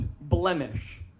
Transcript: blemish